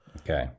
Okay